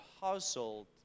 household